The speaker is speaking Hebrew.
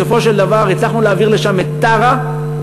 בסופו של דבר הצלחנו להעביר לשם את מפעל "טרה",